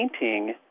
painting